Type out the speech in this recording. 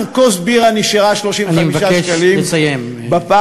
כוס בירה נשארה 35 שקלים בפאב.